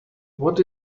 what